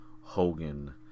Hogan